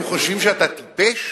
הם חושבים שאתה טיפש?